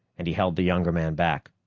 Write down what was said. and he held the younger man back.